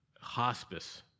hospice